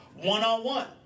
one-on-one